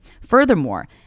Furthermore